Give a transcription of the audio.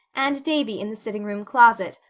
and davy in the sitting room closet,